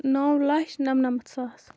نَو لَچھ نَمنَمَتھ ساس